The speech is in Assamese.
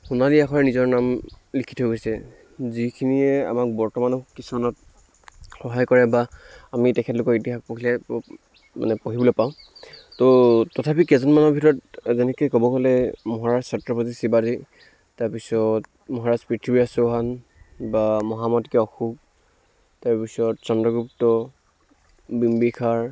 সোণালী আখৰে নিজৰ নাম লিখি থৈ গৈছে যিখিনিয়ে আমাক বৰ্তমানো কিছুমানত সহায় কৰে বা আমি তেখেতলোকৰ ইতিহাস পঢ়িলে মানে পঢ়িবলৈ পাওঁ ত' তথাপি কেইজনমানৰ ভিতৰত যেনেকৈ ক'ব হ'লে মহাৰাজ ছত্ৰপতি শিৱাজী তাৰ পিছত মহাৰাজ পৃথ্ৱীৰাজ চৌহান বা মহামতি অশোক তাৰ পিছত চন্দ্ৰগুপ্ত বিম্বিসাৰ